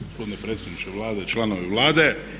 Gospodine predsjedniče Vlade, članovi Vlade.